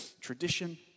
tradition